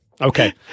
Okay